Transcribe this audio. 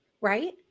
right